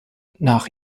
nach